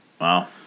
Wow